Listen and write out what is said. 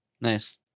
Nice